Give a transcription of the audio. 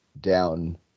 down